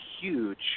huge